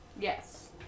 Yes